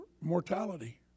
mortality